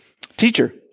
teacher